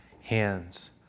hands